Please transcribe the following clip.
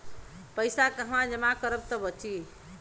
पैसा कहवा जमा करब त बची?